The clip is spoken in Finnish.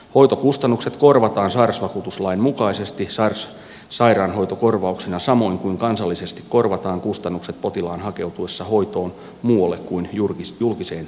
hoitokustannukset korvataan sairausvakuutuslain mukaisesti sairaanhoitokorvauksina samoin kuin kansallisesti korvataan kustannukset potilaan hakeutuessa hoitoon muualle kuin julkiseen terveydenhuoltoon